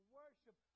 worship